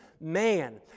man